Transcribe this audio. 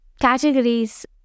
categories